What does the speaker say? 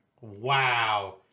Wow